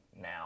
now